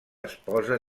esposa